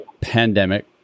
pandemic